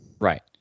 Right